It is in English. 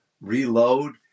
reload